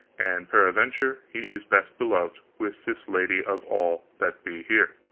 and peradventure he is best beloved with this lady of all that be here,